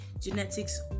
genetics